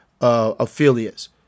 affiliates